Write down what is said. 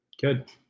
Good